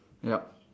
yup